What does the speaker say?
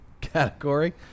category